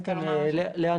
לאה,